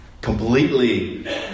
completely